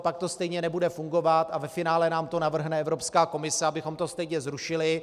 Pak to stejně nebude fungovat a ve finále nám to navrhne Evropská komise, abychom to stejně zrušili.